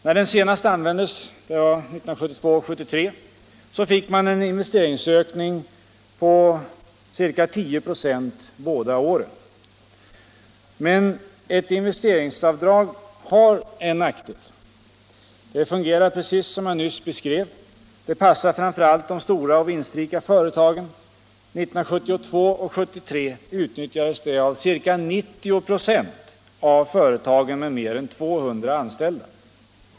När den senast användes — 1972 och 1973 — fick man båda åren en investeringsökning på ca 10 26. Men ett investeringsavdrag har en nackdel. Det fungerar precis som jag nyss beskrev. Det passar framför allt de stora och vinstrika företagen. Åren 1972 och 1973 utnyttjades det av ca 90 96 av företagen med mera än 200 anställda.